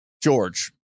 George